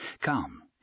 Come